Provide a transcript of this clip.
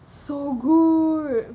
so good